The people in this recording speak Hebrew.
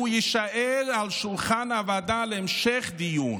והוא יישאר על שולחן הוועדה להמשך דיון,